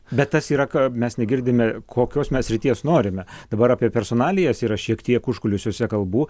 bet tas yra ką mes negirdime kokios mes srities norime dabar apie personalijas yra šiek tiek užkulisiuose kalbų